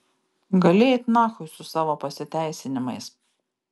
gali eit nachui su savo pasiteisinimais